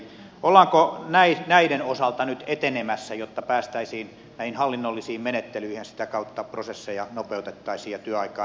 ollaanko näiden osalta nyt etenemässä jotta päästäisiin näihin hallinnollisiin menettelyihin ja sitä kautta prosesseja nopeutettaisiin ja työaikaa säästettäisiin